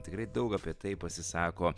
tikrai daug apie tai pasisako